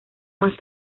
más